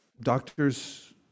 doctors